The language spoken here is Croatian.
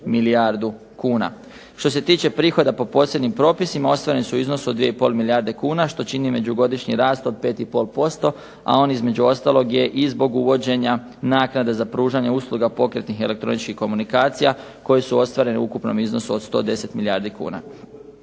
milijardu kuna. Što se tiče prihoda po posebnim propisima ostvareni su u iznosu od 2 i pol milijarde kuna što čini međugodišnji rast od 5 i pol posto, a on između ostalog je i zbog uvođenja naknada za pružanje usluga pokretnih elektroničkih komunikacija koje su ostvarene u ukupnom iznosu od 110 milijardi kuna.